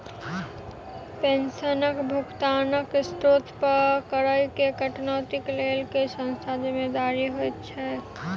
पेंशनक भुगतानक स्त्रोत पर करऽ केँ कटौतीक लेल केँ संस्था जिम्मेदार होइत छैक?